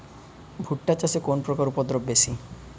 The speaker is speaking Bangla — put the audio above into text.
ভুট্টা চাষে কোন পোকার উপদ্রব বেশি?